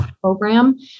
program